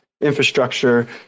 infrastructure